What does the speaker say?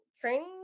training